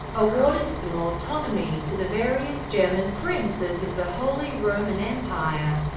awarded some autonomy to the various german princes of the holy roman empire,